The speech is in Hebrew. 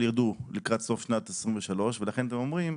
יירדו לקראת סוף שנת 2023 ולכן אתם אומרים,